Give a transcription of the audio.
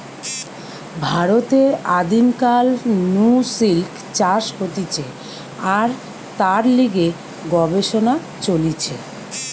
ভারতে আদিম কাল নু সিল্ক চাষ হতিছে আর তার লিগে গবেষণা চলিছে